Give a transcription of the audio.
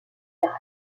serre